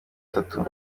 gatatu